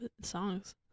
songs